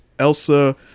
Elsa